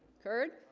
curd,